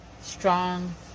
strong